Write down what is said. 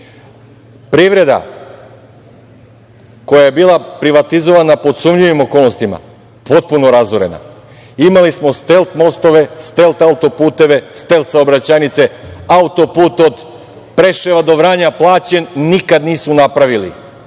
Privreda koja je bila privatizovana pod sumnjivim okolnostima potpuno razorena. Imali smo Stelt mostove, Stelt auto-puteve, Stelt saobraćajnice. Auto-put od Preševa do Vranja plaćen, nikada nisu napravili,